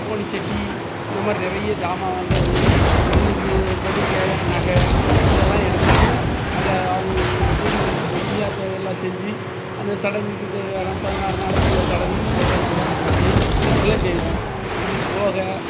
போனிச்சட்டி இந்த மாதிரி நிறைய ஜாமான் வாங்கிறது பொண்ணுக்கு பொண்ணுக்கு தேவையான நகை இதெல்லாம் எடுத்துக்கிட்டு அங்கே அவங்க வீ வீடுகளுக்கு போய் அதை எல்லா செஞ்சி அந்த சடங்குக்கு தேவையான பதினாறு நாளுக்குள்ள சடங்குக்கு தேவையானதெல்லாம் செஞ்சு எல்லா செய்வோம் இதுபோக